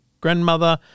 grandmother